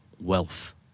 wealth